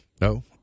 No